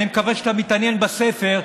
אני מקווה שאתה מתעניין בספר,